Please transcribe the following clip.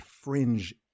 fringe